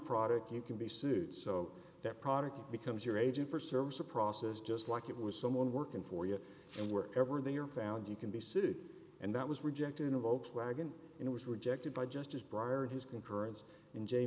product you can be sued so that product becomes your agent for service of process just like it was someone working for you and were ever they are found you can be sued and that was rejected invokes lagan and it was rejected by justice breyer and his concurrence in j